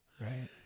right